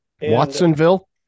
watsonville